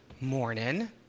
Morning